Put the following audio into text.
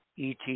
ET